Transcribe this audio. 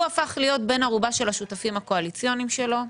הוא הפך להיות בן ערובה של השותפים הקואליציוניים שלו.